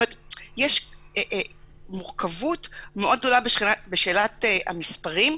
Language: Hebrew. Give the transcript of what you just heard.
יש מורכבות מאוד גדולה בשאלת המספרים,